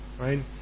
right